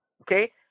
Okay